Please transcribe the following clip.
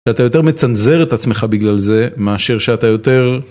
אתה יותר מצנזר את עצמך בגלל זה, מאשר שאתה יותר...